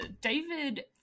David